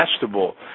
vegetable